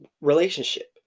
relationship